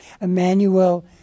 Emmanuel